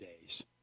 days